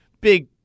big